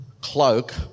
cloak